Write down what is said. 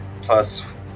plus